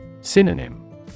Synonym